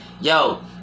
Yo